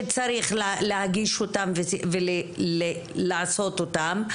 שצריך להגיש אותן ולעשות אותן,